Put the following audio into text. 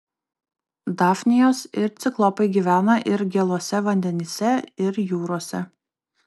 dafnijos ir ciklopai gyvena ir gėluose vandenyse ir jūrose